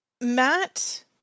Matt